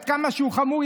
עד כמה שהוא חמור,